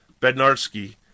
Bednarski